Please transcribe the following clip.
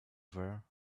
there